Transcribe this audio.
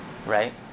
Right